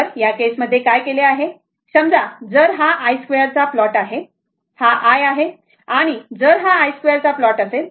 तर या केस मध्ये काय केले आहे समजा जर हा i 2 चा प्लॉट आहे हा i आहे आणि जर i 2 चा प्लॉट असेल